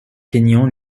kényan